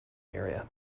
area